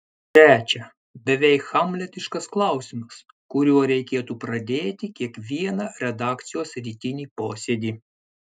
trečia beveik hamletiškas klausimas kuriuo reikėtų pradėti kiekvieną redakcijos rytinį posėdį